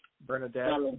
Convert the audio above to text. Bernadette